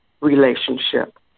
relationship